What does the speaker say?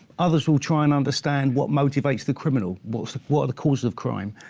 others will try and understand what motivates the criminal, what so what are the causes of crime,